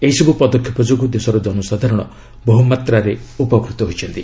ଏହିସବୁ ପଦକ୍ଷେପ ଯୋଗୁଁ ଦେଶର ଜନସାଧାରଣ ବହୁମାତ୍ରାରେ ଉପକୃତ ହୋଇଛନ୍ତି